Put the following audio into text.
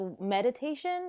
meditation